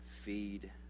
feed